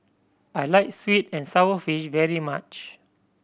I like sweet and sour fish very much